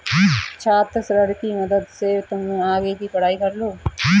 छात्र ऋण की मदद से तुम आगे की पढ़ाई कर लो